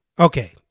Okay